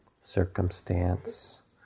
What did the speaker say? circumstance